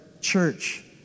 church